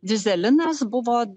dyzelinas buvo